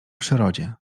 przyrodzie